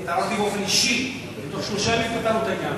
אני תרמתי באופן אישי ובתוך שלושה ימים גמרנו את העניין.